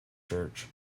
church